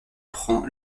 prend